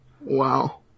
Wow